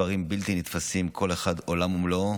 מספרים בלתי נתפסים, כל אחד עולם ומלואו.